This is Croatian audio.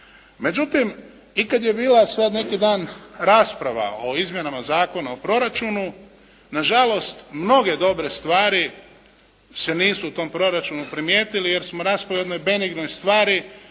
Međutim, i kada je bila sada neki dan rasprava o Izmjenama zakona o proračunu, nažalost, mnoge dobre stvari se nisu u tom proračunu primijetili jer smo raspravljali o jedno benignoj stvari